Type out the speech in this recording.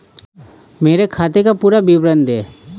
मेरे खाते का पुरा विवरण दे?